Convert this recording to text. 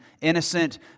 innocent